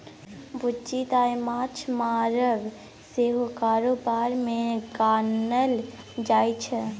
बुच्ची दाय माँछ मारब सेहो कारोबार मे गानल जाइ छै